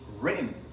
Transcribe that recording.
written